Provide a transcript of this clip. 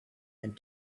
and